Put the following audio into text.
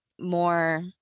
more